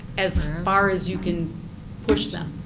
as far as you can push them.